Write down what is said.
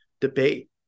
debate